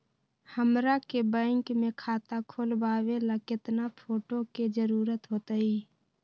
हमरा के बैंक में खाता खोलबाबे ला केतना फोटो के जरूरत होतई?